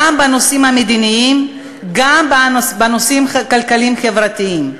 גם בנושאים המדיניים וגם בנושאים הכלכליים-חברתיים.